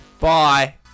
Bye